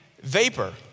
vapor